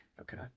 Okay